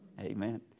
Amen